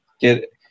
get